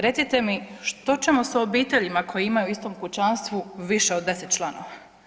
Recite mi što ćemo sa obiteljima koje imaju u istom kućanstvu više od 10 članova?